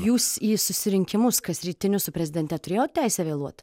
jūs į susirinkimus kasrytinius su prezidente turėjot teisę vėluot